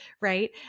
right